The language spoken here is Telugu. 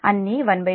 ఇది సమీకరణం 46